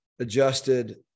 adjusted